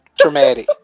Traumatic